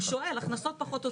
הוא שואל הכנסות פחות הוצאות.